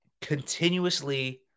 continuously